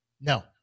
No